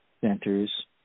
centers